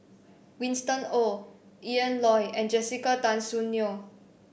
Winston Oh Ian Loy and Jessica Tan Soon Neo